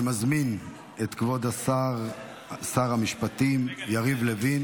אני מזמין את כבוד שר המשפטים יריב לוין